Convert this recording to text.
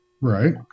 Right